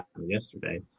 yesterday